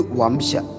wamsha